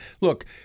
Look